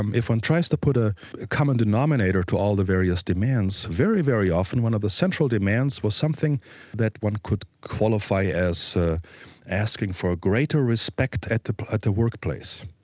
um if one tries to put a common denominator to all the various demands, very, very often one of the central demands was something that one could qualify as asking for greater respect at the at the workplace.